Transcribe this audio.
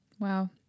Wow